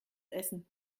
essen